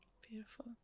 beautiful